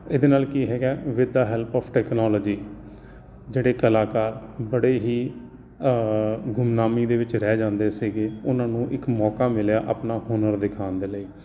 ਇਹਦੇ ਨਾਲ ਕੀ ਹੈਗਾ with the help of technology ਜਿਹੜੇ ਕਲਾਕਾਰ ਬੜੇ ਹੀ ਗੁੰਮਨਾਮੀ ਦੇ ਵਿੱਚ ਰਹਿ ਜਾਂਦੇ ਸੀਗੇ ਉਹਨਾਂ ਨੂੰ ਇੱਕ ਮੌਕਾ ਮਿਲਿਆ ਆਪਣਾ ਹੁਨਰ ਦਿਖਾਉਣ ਦੇ ਲਈ